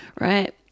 Right